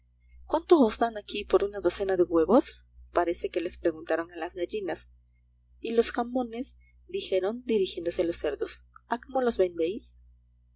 os dan aquí por una docena de huevos parece que les preguntaron a las gallinas y los jamones dijeron dirigiéndose a los cerdos a cómo los vendéis